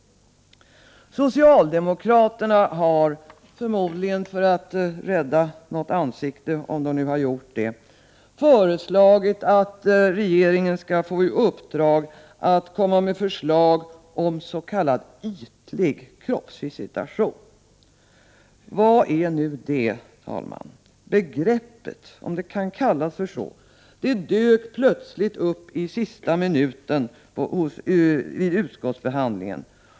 Socialdemokraterna har, förmodligen för att rädda något ansikte, föresla git att regeringen skall få i uppdrag att lägga fram förslag om s.k. ytlig kroppsvisitation. Vad är nu det, herr talman? Begreppet — om det kan kallas så — dök plötsligt upp i sista minuten vid utskottsbehandlingen.